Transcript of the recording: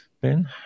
Ben